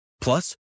Plus